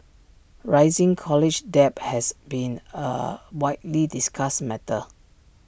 rising college debt has been A widely discussed matter